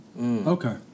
Okay